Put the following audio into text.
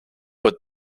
but